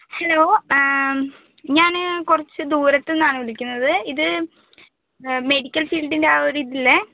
hello ഞാൻ കുറച്ച് ദൂരത്തുനിന്നാണ് വിളിക്കുന്നത് ഇത് മെഡിക്കൽ ഫീൽഡിൻ്റെ ആ ഒരു ഇതല്ലേ